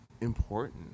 important